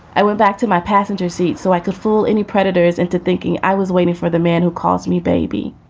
i went back to my passenger seat so i could fool any predators into thinking i was waiting for the man who calls me baby